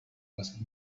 was